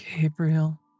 Gabriel